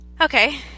okay